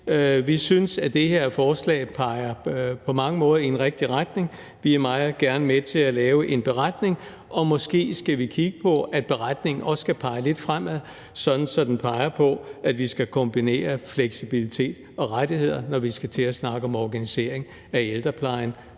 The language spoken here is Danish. Vi synes, at det her forslag på mange måder peger i en rigtig retning. Vi er meget gerne med til at lave en beretning, og måske skal vi kigge på, at beretningen også skal pege lidt fremad, sådan at den peger på, at vi skal kombinere fleksibilitet og rettigheder, når vi skal til at snakke om organisering af ældreplejen,